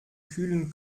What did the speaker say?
kühlen